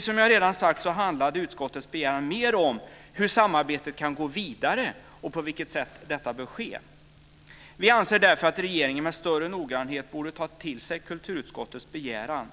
Som jag redan sagt handlade utskottets begäran mer om att undersöka hur samarbetet kan gå vidare och på vilket sätt detta bör ske. Vi anser att regeringen med större noggrannhet borde tagit till sig kulturutskottets begäran.